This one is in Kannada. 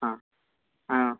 ಹಾಂ ಹಾಂ